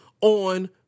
on